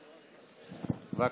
בבקשה.